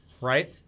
right